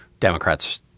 Democrats